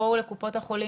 בואו לקופות החולים,